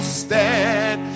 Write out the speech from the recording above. stand